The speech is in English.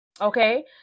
okay